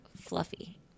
fluffy